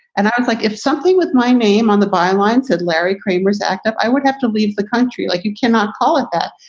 and i was like, if something with my name on the byline said larry kramer stacked up, i would have to leave the country like you cannot call it that.